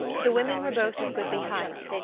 the women were both of goodly height,